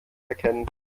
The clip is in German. erkennen